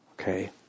Okay